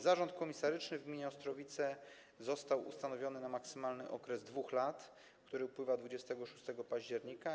Zarząd komisaryczny w gminie Ostrowice został ustanowiony na maksymalny okres 2 lat, który upływa 26 października.